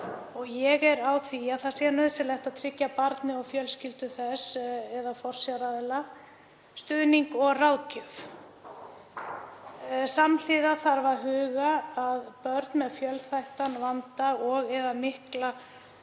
Ég er á því að nauðsynlegt sé að tryggja barni og fjölskyldu þess eða forsjáraðila stuðning og ráðgjöf. Samhliða þarf að huga að því að börn með fjölþættan vanda og/eða miklar